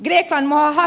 ärade talman